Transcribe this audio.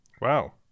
Wow